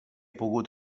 pogut